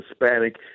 Hispanic